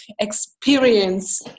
experience